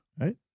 Right